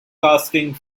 casting